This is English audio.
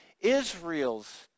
Israel's